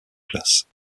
place